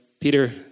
Peter